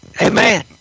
Amen